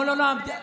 לא, לא.